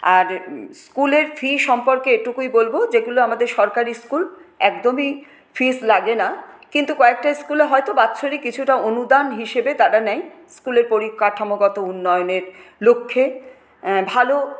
আর স্কুলের ফি সম্পর্কে এটুকুই বলব যেগুলো আমাদের সরকারি স্কুল একদমই ফিস লাগেনা কিন্তু কয়েকটা স্কুলে হয়ত বাৎসরিক কিছুটা অনুদান হিসাবে তারা নেয় স্কুলের পরিকাঠামগত উন্নয়নের লক্ষ্যে ভালো